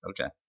Okay